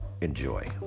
enjoy